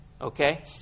Okay